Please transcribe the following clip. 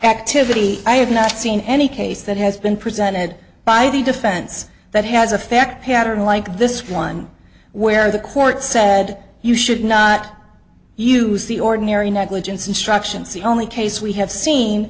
activity i have not seen any case that has been presented by the defense that has effect payout unlike this one where the court said you should not use the ordinary negligence instructions the only case we have seen